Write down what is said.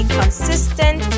consistent